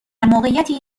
موقعیتی